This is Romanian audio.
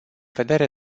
vedere